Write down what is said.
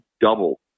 double